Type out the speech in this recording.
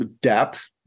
depth